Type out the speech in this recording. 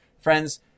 Friends